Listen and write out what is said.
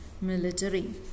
military